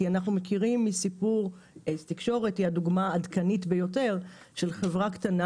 כי אייס תקשורת היא הדוגמה העדכנית ביותר של חברה קטנה